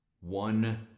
One